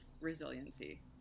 resiliency